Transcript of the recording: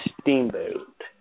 Steamboat